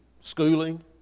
schooling